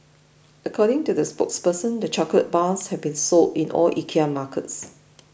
according to the spokesperson the chocolate bars have been sold in all IKEA markets